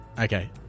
Okay